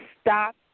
stop